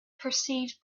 perceived